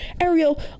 ariel